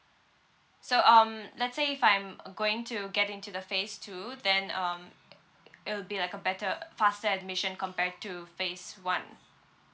so um let's say if I'm going to get into the phase two then um it'll be like a better faster admission compared to phase one